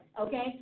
okay